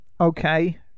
Okay